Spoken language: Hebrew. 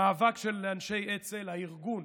המאבק של אנשי אצ"ל, של הארגון,